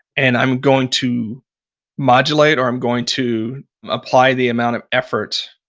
and i'm going to modulate or i'm going to apply the amount of effort